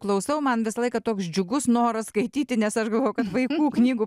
klausau man visą laiką toks džiugus noras skaityti nes aš galvoju kad vaikų knygų